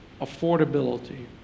affordability